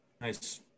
Nice